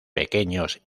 pequeños